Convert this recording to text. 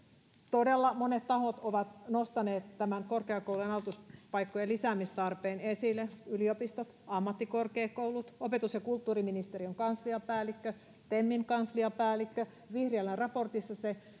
todella monet tahot ovat nostaneet tämän korkeakoulujen aloituspaikkojen lisäämistarpeen esille yliopistot ammattikorkeakoulut opetus ja kulttuuriministeriön kansliapäällikkö temin kansliapäällikkö vihriälän raportissa se